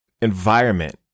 environment